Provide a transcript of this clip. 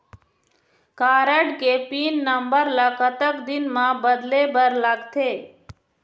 Card के pin number ला कतक दिन म बदले बर लगथे?